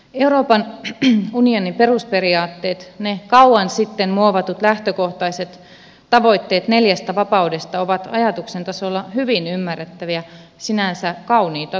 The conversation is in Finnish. euroopan unionin perusperiaatteet ne kauan sitten muovatut lähtökohtaiset tavoitteet neljästä vapaudesta ovat ajatuksen tasolla hyvin ymmärrettäviä sinänsä kauniita tavoitteita